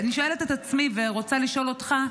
אני שואלת את עצמי ורוצה לשאול אותך,